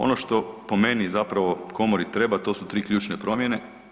Ono što po meni zapravo komori treba to su tri ključne promjene.